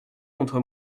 contre